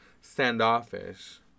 standoffish